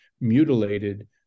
mutilated